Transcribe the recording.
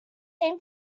darwin